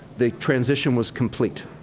the transition was complete.